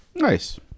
Nice